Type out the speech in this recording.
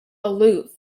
aloof